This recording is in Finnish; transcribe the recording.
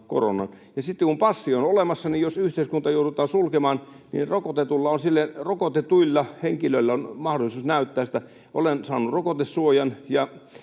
Sitten kun passi on olemassa, niin jos yhteiskunta joudutaan sulkemaan, rokotetuilla henkilöillä on mahdollisuus näyttää sitä: olen saanut rokotesuojan